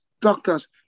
doctors